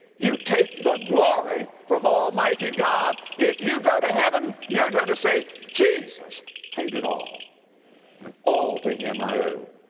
you take the glory from almighty god. if you go to heaven, you're going to say, jesus paid it all and all to him i owe.